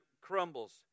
crumbles